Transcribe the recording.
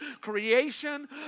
Creation